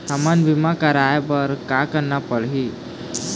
हमन बीमा कराये बर का करना पड़ही?